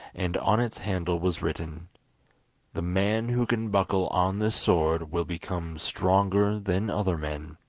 and on its handle was written the man who can buckle on this sword will become stronger than other men